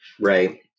Right